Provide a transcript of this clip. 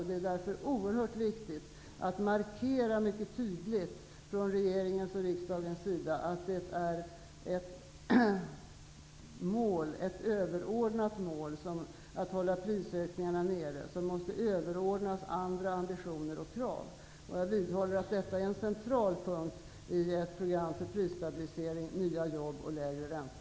Det är därför oerhört viktigt att mycket tydligt markera från regeringens och riksdagens sida att det är ett överordnat mål att hålla prisökningarna nere. Det måste överordnas andra ambitioner och krav. Jag vidhåller att detta är en central punkt i ett program för prisstabilisering, nya jobb och lägre ränta.